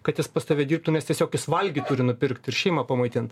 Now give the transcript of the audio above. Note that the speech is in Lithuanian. kad jis pas tave dirbtų nes tiesiog jis valgyt turi nupirkt ir šeimą pamaitint